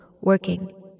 working